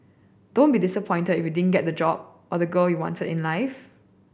don't be disappointed if you didn't get the job or the girl you wanted in life